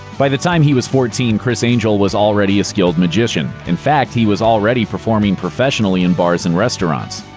by the time he was fourteen, criss angel was already a skilled magician. in fact, he was already performing professionally in bars and restaurants.